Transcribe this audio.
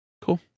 Cool